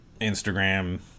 Instagram